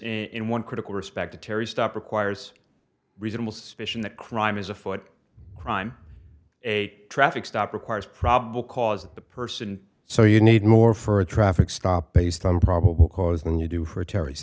in one critical respect to terry stop requires reasonable suspicion that crime is afoot crime a traffic stop requires probable cause that the person so you need more for a traffic stop based on probable cause when you do for terr